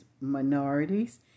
minorities